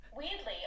weirdly